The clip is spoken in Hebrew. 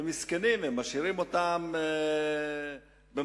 ומסכנים משאירים אותם במערומיהם.